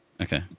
Okay